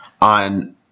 on